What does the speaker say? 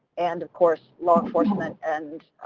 and of course law enforcement and